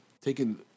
taking